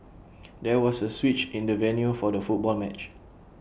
there was A switch in the venue for the football match